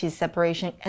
separation